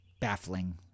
baffling